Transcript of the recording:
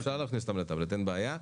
אפשר להכניס אותן לטבלט, אין בעיה.